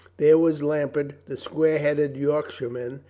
there was lambert, the square-headed yorkshire man,